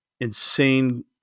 insane